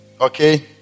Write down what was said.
okay